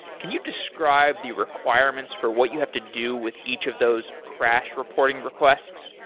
can you describe the requirements for what you have to do with each of those crash reporting requests?